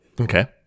Okay